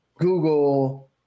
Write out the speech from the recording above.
Google